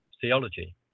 theology